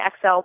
XL